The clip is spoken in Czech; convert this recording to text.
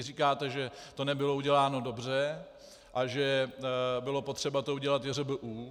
Vy říkáte, že to nebylo uděláno dobře a že bylo potřeba to udělat JŘBU.